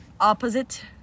opposite